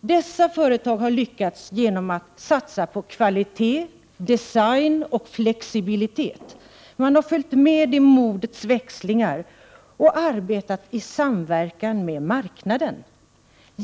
Dessa företag har lyckats genom att satsa på kvalitet, design och flexibilitet. De har följt med i modets växlingar och arbetat i samverkan med marknaden.